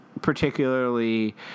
particularly